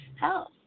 health